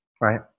Right